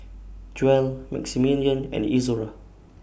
Joell Maximilian and Izora